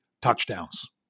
touchdowns